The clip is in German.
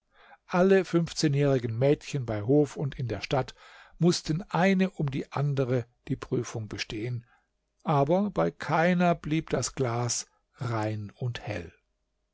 alle fünfzehnjährigen mädchen bei hof und in der stadt mußten eine um die andere die prüfung bestehen aber bei keiner blieb das glas rein und hell